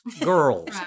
girls